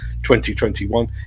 2021